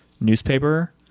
newspaper